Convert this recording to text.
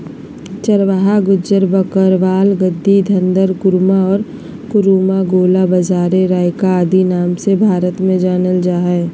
चरवाहा गुज्जर, बकरवाल, गद्दी, धंगर, कुरुमा, कुरुबा, गोल्ला, बंजारे, राइका आदि नाम से भारत में जानल जा हइ